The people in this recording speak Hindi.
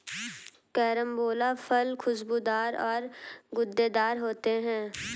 कैरम्बोला फल खुशबूदार और गूदेदार होते है